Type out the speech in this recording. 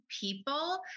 people